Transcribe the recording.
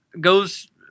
goes